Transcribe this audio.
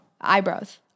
Eyebrows